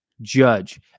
judge